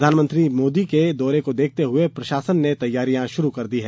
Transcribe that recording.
प्रधानमंत्री के दौरे को देखते हुए प्रशासन ने तैयारियां शुरू कर दी है